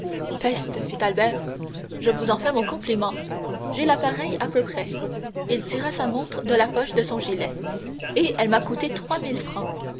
peste fit albert je vous en fais mon compliment j'ai la pareille à peu près il tira sa montre de la poche de son gilet et elle m'a coûté trois mille francs